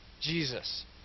Jesus